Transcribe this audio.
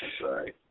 Sorry